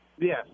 Yes